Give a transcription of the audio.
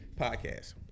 podcast